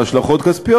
והשלכות כספיות,